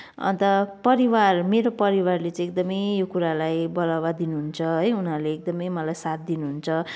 अन्त परिवार मेरो परिवारले चाहिँ एकदमै यो कुरालाई बढावा दिनुहुन्छ है उनीहरूले एकदमै मलाई साथ दिनुहुन्छ